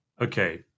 okay